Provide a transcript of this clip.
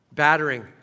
battering